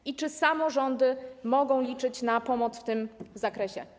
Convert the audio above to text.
I czy samorządy mogą liczyć na pomoc w tym zakresie?